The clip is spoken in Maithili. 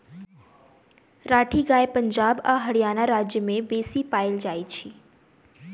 राठी गाय पंजाब आ हरयाणा राज्य में बेसी पाओल जाइत अछि